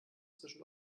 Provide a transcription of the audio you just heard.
zwischen